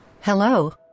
Hello